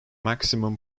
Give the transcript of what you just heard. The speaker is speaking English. maximum